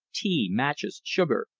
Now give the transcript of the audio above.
tea, matches, sugar,